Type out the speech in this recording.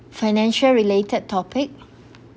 financial related topic